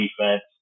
defense